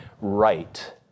right